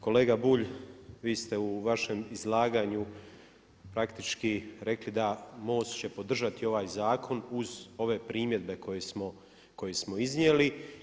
Kolega Bulj, vi ste u vašem izlaganju praktički rekli da Most će podržati ovaj zakon uz ove primjedbe koje smo iznijeli.